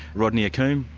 rodney accoom,